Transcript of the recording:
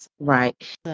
Right